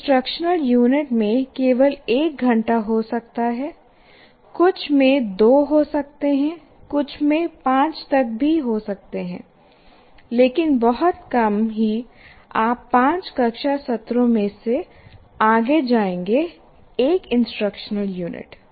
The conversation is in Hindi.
कुछ इंस्ट्रक्शनल यूनिट में केवल 1 घंटा हो सकता है कुछ में 2 हो सकते हैं कुछ में 5 तक भी हो सकते हैं लेकिन बहुत कम ही आप 5 कक्षा सत्रों से आगे जाएँगे एक इंस्ट्रक्शनल यूनिट